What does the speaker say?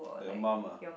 like your mum ah